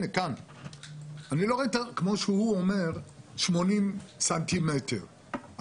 הוא אומר 80 סנטימטרים,